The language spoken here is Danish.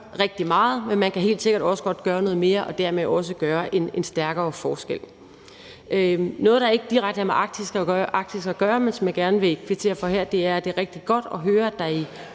rigtig meget, men man kan helt sikkert også godt gøre noget mere og dermed også gøre en stærkere forskel. Noget, der ikke direkte har med Arktis at gøre, men som jeg gerne vil kvittere for her, er, at det er rigtig godt at høre, at der i